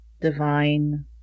divine